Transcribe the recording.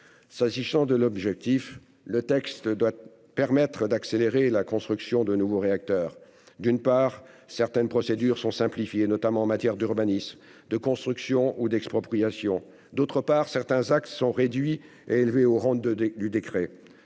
S'agissant de son objectif, le texte doit permettre d'accélérer la construction de nouveaux réacteurs : d'une part, certaines procédures sont simplifiées, notamment en matière d'urbanisme, de construction ou d'expropriation ; d'autre part, certains actes voient leur nombre réduit et sont élevés au rang du décret,